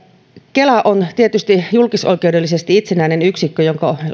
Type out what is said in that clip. kela on tietysti julkisoikeudellisesti itsenäinen yksikkö jonka